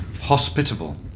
Hospitable